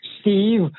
Steve